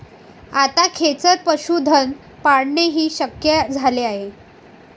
आता खेचर पशुधन पाळणेही शक्य झाले आहे